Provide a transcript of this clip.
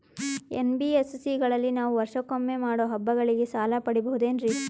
NBSC ಗಳಲ್ಲಿ ನಾವು ವರ್ಷಕೊಮ್ಮೆ ಮಾಡೋ ಹಬ್ಬಗಳಿಗೆ ಸಾಲ ಪಡೆಯಬಹುದೇನ್ರಿ?